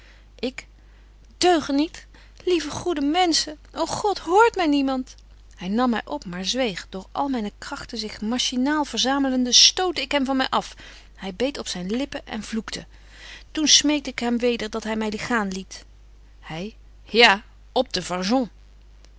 weder ik deugeniet lieve goede menschen ô god hoort my niemand hy nam my op maar zweeg doch al myne kragten zich machinaal verzamelende stootte ik hem van my af hy beet op zyn lippen en vloekte toen smeekte ik hem weder dat hy my gaan liet hy ja op de fargon